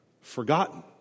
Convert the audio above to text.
forgotten